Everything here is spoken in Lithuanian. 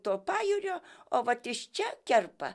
to pajūrio o vat iš čia kerpa